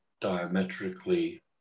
diametrically